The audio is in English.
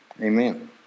Amen